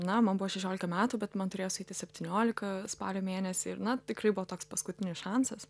na man buvo šešiolika metų bet man turėjo sueiti septyniolika spalio mėnesį ir na tikrai buvo toks paskutinis šansas